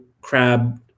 crab